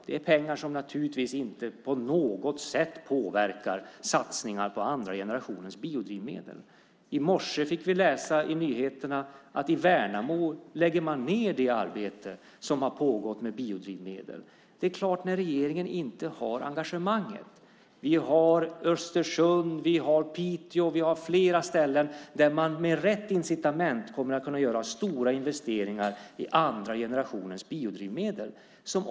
Det är pengar som naturligtvis inte på något sätt påverkar satsningar på den andra generationens biodrivmedel. I morse kunde vi läsa i nyheterna att i Värnamo lägger man ned det arbete med biodrivmedel som har pågått. Regeringen har inte det engagemanget. I Östersund, Piteå och flera andra ställen kommer man med rätt incitament att kunna göra stora investeringar i den andra generationens biodrivmedel.